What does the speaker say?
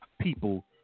people